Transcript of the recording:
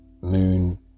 moon